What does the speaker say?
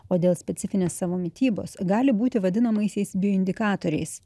o dėl specifinės savo mitybos gali būti vadinamaisiais bioindikatoriais